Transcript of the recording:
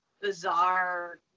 bizarre